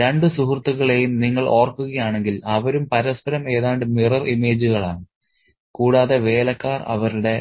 രണ്ട് സുഹൃത്തുക്കളെയും നിങ്ങൾ ഓർക്കുകയാണെങ്കിൽ അവരും പരസ്പരം ഏതാണ്ട് മിറർ ഇമേജുകളാണ് കൂടാതെ വേലക്കാർ അവരുടെ